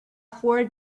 four